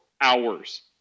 hours